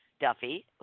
Duffy